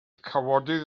cawodydd